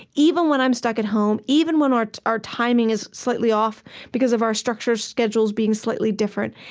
even when i'm stuck at home, even when our our timing is slightly off because of our structured schedules being slightly different.